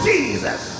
Jesus